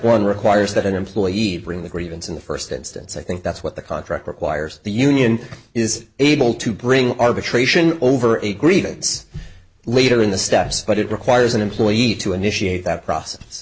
one requires that an employee bring the grievance in the first instance i think that's what the contract requires the union is able to bring arbitration over a grievance later in the steps but it requires an employee to initiate that process